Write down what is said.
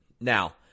Now